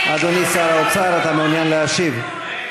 אדוני שר האוצר, אתה מעוניין להשיב?